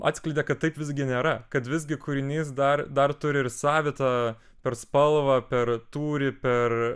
atskleidė kad taip visgi nėra kad visgi kūrinys dar dar turi ir savitą per spalvą per tūrį per